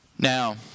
Now